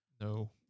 No